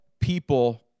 people